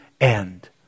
end